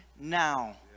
now